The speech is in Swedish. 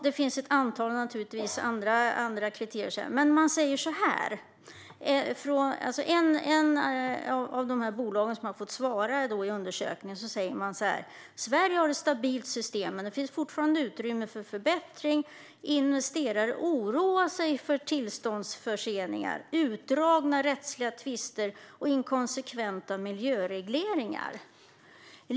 Det finns också ett antal andra kriterier. Ett av bolagen som har fått svara i undersökningen säger: Sverige har ett stabilt system, men det finns fortfarande utrymme för förbättring. Investerare oroar sig för tillståndsförseningar, utdragna rättsliga tvister och inkonsekventa miljöregleringar.